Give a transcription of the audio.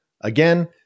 Again